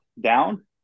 down